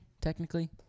technically